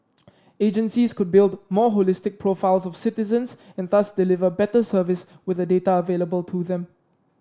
agencies could build more holistic profiles of citizens and thus deliver better service with the data available to them